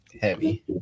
Heavy